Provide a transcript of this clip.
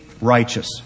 righteous